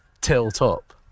tilt-up